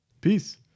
Peace